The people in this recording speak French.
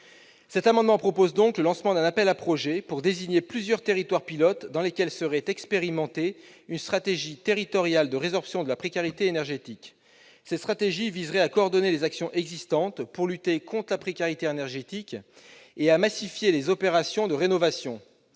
Cet amendement a donc pour objet de lancer un appel à projets pour désigner plusieurs territoires pilotes dans lesquels serait expérimentée une stratégie territoriale de résorption de la précarité énergétique. Cette stratégie viserait à coordonner les actions existantes pour lutter contre la précarité énergétique, et à massifier les opérations de rénovation.